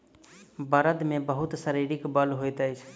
बड़द मे बहुत शारीरिक बल होइत अछि